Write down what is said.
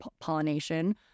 pollination